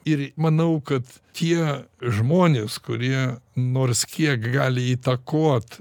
ir manau kad tie žmonės kurie nors kiek gali įtakot